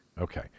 Okay